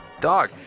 dog